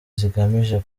zigamije